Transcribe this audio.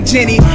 Jenny